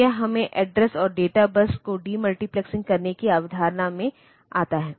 तो यह हमें एड्रेस और डेटा बस को डीमल्टीप्लेसिंग करने की अवधारणा में लाता है